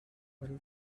well